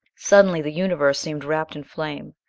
suddenly the universe seemed wrapped in flame,